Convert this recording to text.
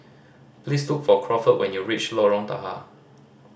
please look for Crawford when you reach Lorong Tahar